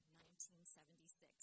1976